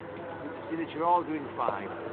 it's good to see that you're all doing fine,